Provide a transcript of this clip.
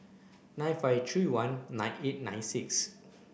nine five three one nine eight nine six